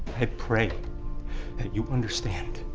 i pray that you understand.